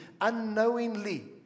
unknowingly